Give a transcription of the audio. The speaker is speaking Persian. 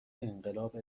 انقلاب